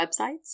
websites